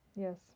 Yes